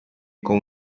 con